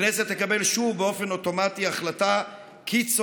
הכנסת תקבל שוב באופן אוטומטי החלטה קיצונית